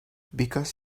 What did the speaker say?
because